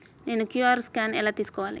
నేను QR scan ఎలా తీసుకోవాలి?